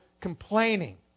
complaining